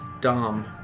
Dom